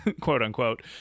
quote-unquote